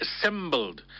assembled